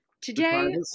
Today